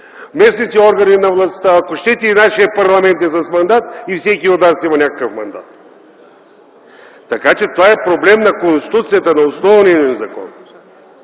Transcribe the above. местните органи на властта, ако щете и нашият парламент е с мандат, и всеки от нас има някакъв мандат! Така че това е проблем на Конституцията, на основния ни закон.